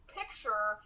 picture